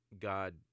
God